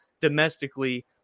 domestically